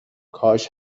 کاش